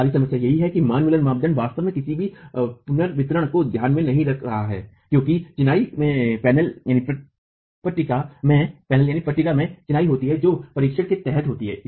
सरी समस्या यह है कि मान मुलर मानदंड वास्तव में किसी भी पुनर्वितरण को ध्यान में नहीं रख रहा है क्योंकि चिनाई पैनल में चिनाई होती है जो परीक्षण के तहत होती है